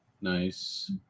Nice